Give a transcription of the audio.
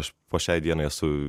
aš po šiai dienai esu